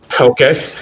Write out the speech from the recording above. Okay